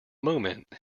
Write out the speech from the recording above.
moment